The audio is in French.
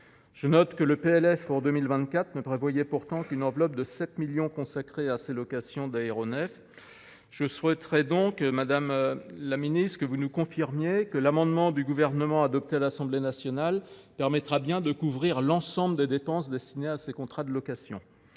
je note que le PLF pour 2024 ne prévoit qu’une enveloppe de 7 millions d’euros consacrés à ces locations d’aéronefs. Je souhaiterais donc que Mme la ministre nous confirme que l’amendement du Gouvernement adopté à l’Assemblée nationale permettra bien de couvrir l’ensemble des dépenses destinées à ces contrats de location.